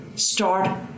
start